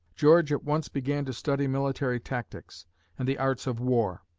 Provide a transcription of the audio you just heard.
george at once began to study military tactics and the arts of war.